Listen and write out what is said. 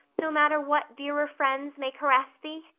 no matter what dearer friends may caress thee?